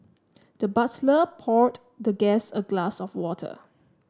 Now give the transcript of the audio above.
the butler poured the guest a glass of water